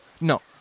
no